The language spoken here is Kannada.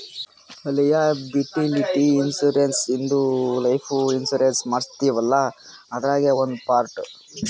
ಲಯಾಬಿಲಿಟಿ ಇನ್ಶೂರೆನ್ಸ್ ಇದು ಲೈಫ್ ಇನ್ಶೂರೆನ್ಸ್ ಮಾಡಸ್ತೀವಲ್ಲ ಅದ್ರಾಗೇ ಒಂದ್ ಪಾರ್ಟ್